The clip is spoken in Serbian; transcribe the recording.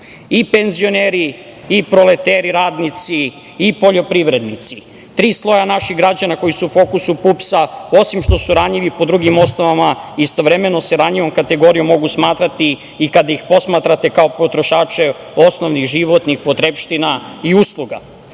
penzioneri i proleteri radnici i poljoprivrednici, tri sloja naših građana koji su u fokusu PUPS-a, osim što su ranjivi po drugim osnovama, istovremeno se ranjivom kategorijom mogu smatrati i kada ih posmatrate kao potrošače osnovnih životnih potrepština i usluga. Zato